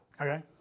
Okay